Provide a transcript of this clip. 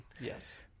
Yes